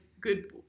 good